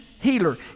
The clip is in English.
Healer